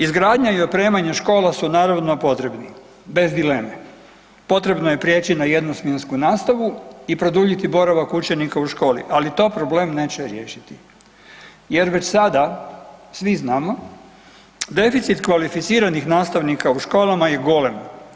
Izgradnja i opremanja škola su naravno potrebni, bez dileme, potrebno je prijeći na jednosmjensku nastavu i produljiti boravak učenika u školi, ali to problem neće riješiti jer već sada, svi znamo, deficit kvalificiranih nastavnika u školama je golem.